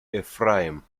ephraim